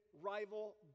rival